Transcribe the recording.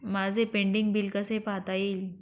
माझे pending bill कसे पाहता येईल?